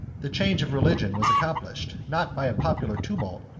the change of religion was accomplished, not by a popular tumult,